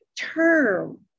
term